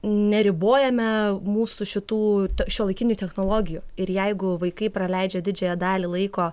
neribojame mūsų šitų šiuolaikinių technologijų ir jeigu vaikai praleidžia didžiąją dalį laiko